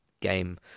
game